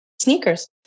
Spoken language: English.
sneakers